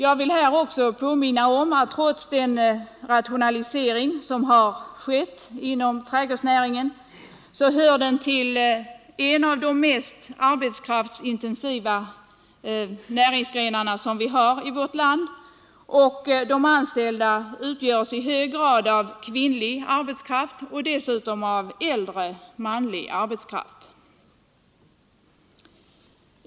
Jag vill här också påminna om att trädgårdsnäringen, trots den rationalisering som har vidtagits, hör till de mest arbetskraftsintensiva näringsgrenar som vi har i vårt land. De anställda där utgörs i hög grad av kvinnlig arbetskraft och dessutom av äldre manlig arbetskraft.